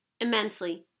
Immensely